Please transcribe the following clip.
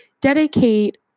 dedicate